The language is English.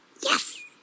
Yes